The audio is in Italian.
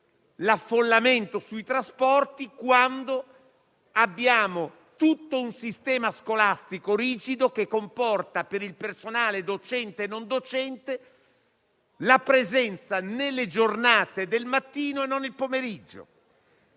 l'affollamento sui trasporti, quando abbiamo un sistema scolastico rigido, che comporta per il personale docente e non docente la presenza al mattino e non il pomeriggio.